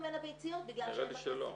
נראה לי שלא.